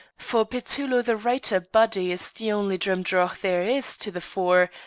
for petullo the writer body is the only drimdarroch there is to the fore,